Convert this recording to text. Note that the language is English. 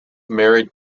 married